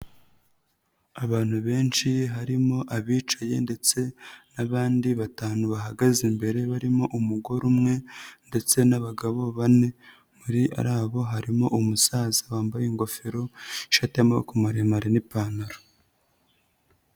Abantu benshi harimo abicaye ndetse n'abandi batanu bahagaze imbere, barimo umugore umwe ndetse n'abagabo bane. Muri ari abo harimo umusaza wambaye ingofero, ishati y'amaboko maremare n'ipantaro.